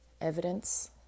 evidence